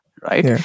right